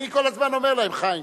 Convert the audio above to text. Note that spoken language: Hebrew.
עכשיו הוא עובד.